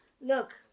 Look